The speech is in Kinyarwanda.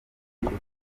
ukuntu